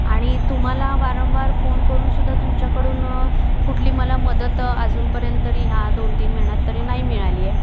आणि तुम्हाला वारंवार फोन करून सुुद्धा तुमच्याकडून कुठली मला मदत अजूनपर्यंतरी ह्या दोन तीन महिन्यात तरी नाही मिळालीय